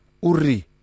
Uri